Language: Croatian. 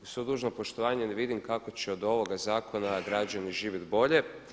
Uz svo dužno poštovanje ne vidim kako će od ovoga zakona građani živjet bolje.